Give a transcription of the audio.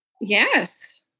Yes